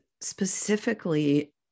specifically